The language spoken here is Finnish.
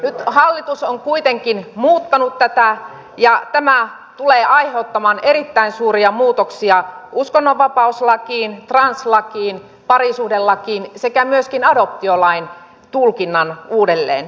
nyt hallitus on kuitenkin muuttanut tätä ja tämä tulee aiheuttamaan erittäin suuria muutoksia uskonnonvapauslakiin translakiin parisuhdelakiin sekä myöskin adoptiolain tulkinnan uudelleen